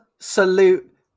salute